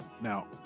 Now